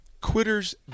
Quitter's